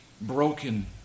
broken